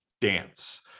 dance